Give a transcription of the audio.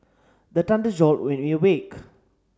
the thunder jolt me awake